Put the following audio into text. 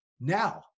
now